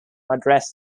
address